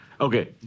Okay